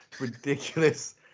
ridiculous